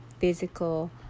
physical